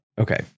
okay